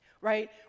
right